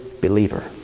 believer